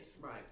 Right